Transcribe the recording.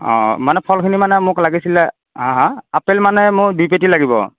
অঁ মানে ফলখিনি মানে মোক লাগিছিলে হাঁ হাঁ আপেল মানে মোক দুই পেটি লাগিব